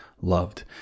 loved